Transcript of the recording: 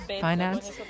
Finance